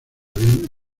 avión